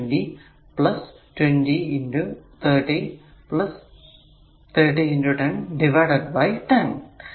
അത് 10 20 20 30 30 10 divided by 10